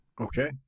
okay